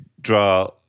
draw